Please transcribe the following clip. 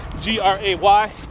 g-r-a-y